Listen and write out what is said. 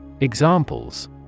Examples